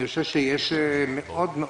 אני חושב שיש משקל